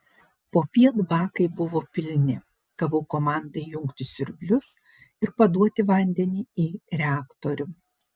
popiet bakai buvo pilni gavau komandą įjungti siurblius ir paduoti vandenį į reaktorių